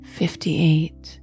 fifty-eight